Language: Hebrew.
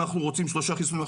אנחנו רוצים שלושה חיסונים.